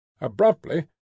Abruptly